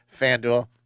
Fanduel